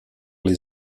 les